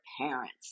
parents